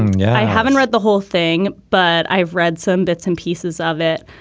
yeah i haven't read the whole thing but i've read some bits and pieces of it.